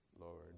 Lord